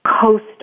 coast